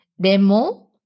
demo